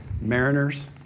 Mariners